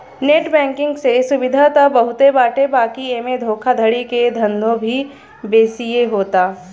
net banking से सुविधा त बहुते बाटे बाकी एमे धोखाधड़ी के धंधो भी बेसिये होता